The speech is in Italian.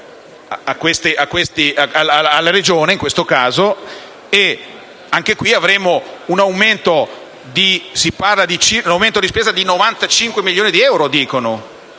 alla Regione in questo caso, e anche qui avremo un aumento di spesa - dicono - di 95 milioni di euro. Sono